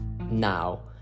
Now